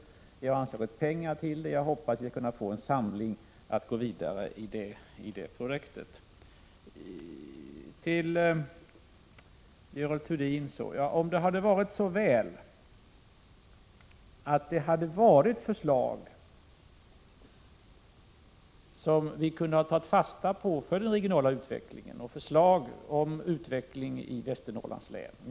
Jag har anslagit pengar till det. Jag hoppas vi skall få en samling att gå vidare i det projektet. Till Görel Thurdin vill jag säga följande: Om det ändå hade varit så väl att det hade funnits förslag som vi kunde ha tagit fasta på för den regionala utvecklingen, förslag om utveckling i Västernorrlands län!